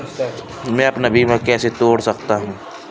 मैं अपना बीमा कैसे तोड़ सकता हूँ?